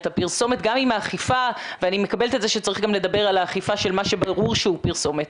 אני מקבלת את זה שצריך גם לדבר על האכיפה של מה שברור שהוא פרסומת,